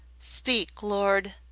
speak, lord,